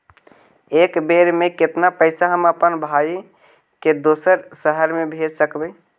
एक बेर मे कतना पैसा हम अपन भाइ के दोसर शहर मे भेज सकबै?